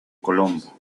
colombo